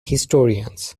historians